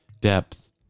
depth